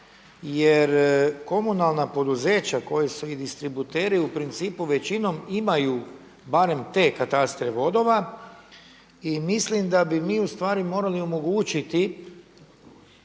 jer komunalna poduzeća koji su i distributeri u principu većinom imaju barem te katastre vodova i mislim da bi mi morali omogućiti